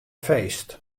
feest